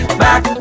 back